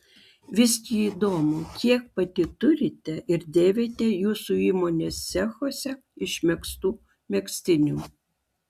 visgi įdomu kiek pati turite ir dėvite jūsų įmonės cechuose išmegztų megztinių